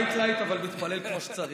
לייט לייט, אבל מתפלל כמו שצריך.